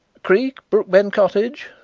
creake, brookbend cottage?